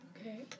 Okay